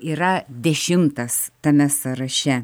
yra dešimtas tame sąraše